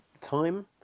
time